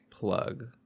plug